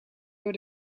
door